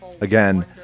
Again